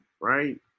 right